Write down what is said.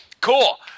Cool